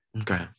Okay